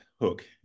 hook